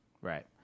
Right